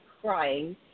crying